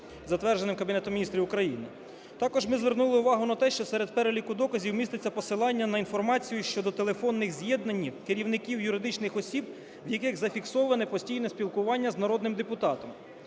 затвердженим Кабінетом Міністрів України. Також ми звернули увагу на те, що серед переліку доказів міститься посилання на інформацію щодо телефонних з'єднань керівників юридичних осіб, в яких зафіксовано постійне спілкування з народним депутатом.